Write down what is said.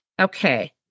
Okay